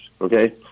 Okay